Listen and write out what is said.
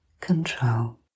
control